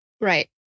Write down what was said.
Right